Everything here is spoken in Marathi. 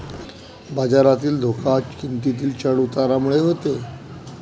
बाजारातील धोका हा किंमतीतील चढ उतारामुळे होतो